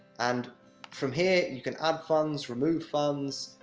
and from here you can add funds, remove funds,